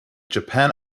japan